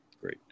Great